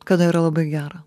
kada yra labai gera